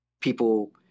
people